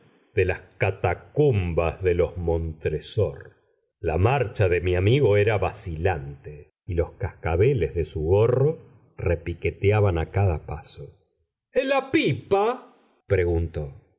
de las catacumbas de los montresor la marcha de mi amigo era vacilante y los cascabeles de su gorro repiqueteaban a cada paso la pipa preguntó